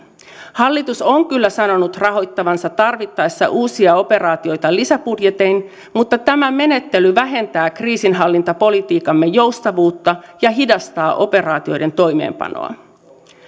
hallitus on kyllä sanonut rahoittavansa tarvittaessa uusia operaatioita lisäbudjetein mutta tämä menettely vähentää kriisinhallintapolitiikkamme joustavuutta ja hidastaa operaatioiden toimeenpanoa